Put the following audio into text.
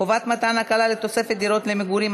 (חובת מתן הקלה לתוספת דירות למגורים),